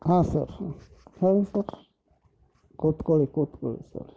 ಹಾಂ ಸರ್ ಹೇಳಿ ಸರ್ ಕೂತ್ಕೊಳಿ ಕೂತ್ಕೊಳ್ಳಿ ಸರ್